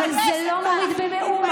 הציונות הדתית מתביישת בך.